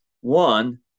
One